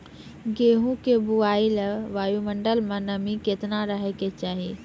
गेहूँ के बुआई लेल वायु मंडल मे नमी केतना रहे के चाहि?